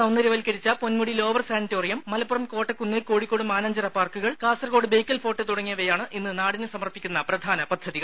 സൌന്ദര്യവല്ക്കരിച്ച Ponmudi lower sanatorium Malappuram Kottakkunnu Kozhikode Mananchira park Kasaragod Bekal fort തുടങ്ങിയവയാണ് ഇന്ന് നാടിന് സമർപ്പിക്കുന്ന പ്രധാന പദ്ധതികൾ